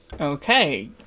Okay